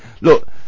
Look